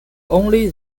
only